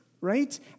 right